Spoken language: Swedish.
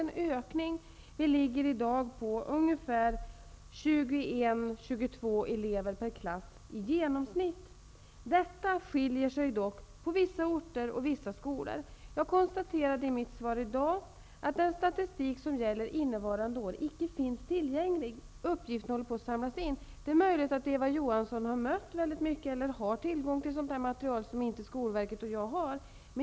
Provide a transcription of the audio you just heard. I dag är det i genomsnitt 21--22 elever per klass. Detta antal skiljer sig dock på vissa orter och i vissa skolor. I mitt svar i dag konstaterade jag att innevarande års statistik icke finns tillgänglig. Uppgifter håller på att samlas in. Det är möjligt att Eva Johansson har mött sådana här situationer eller har tillgång till material som inte skolverket och jag har.